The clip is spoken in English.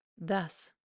Thus